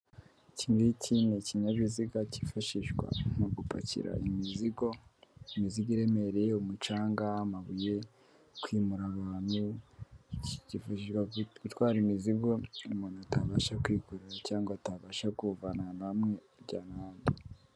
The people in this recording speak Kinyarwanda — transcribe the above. Kimwe mu biziga cyifashishwa mu gupakira imizigo, imizigo iremereye umucanga, amabuye, kwimura abantu, kifashishwa mu gutwara imizigo umuntu atabasha kwikorera cyangwa atabasha kuvana ahantu hamwe ajyana ahandi.